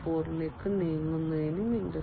0 ലേക്ക് നീങ്ങുന്നതിനും ഇൻഡസ്ട്രി 4